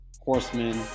horsemen